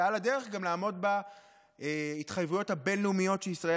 ועל הדרך גם לעמוד בהתחייבויות הבין-לאומיות שישראל